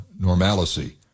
normalcy